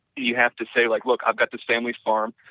you have to say like look i've got this family's farm,